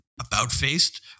About-faced